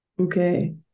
okay